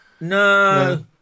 No